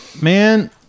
man